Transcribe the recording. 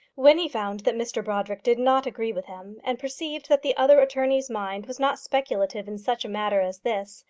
when he found that mr brodrick did not agree with him, and perceived that the other attorney's mind was not speculative in such a matter as this,